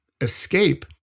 escape